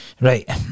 right